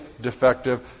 defective